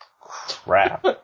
Crap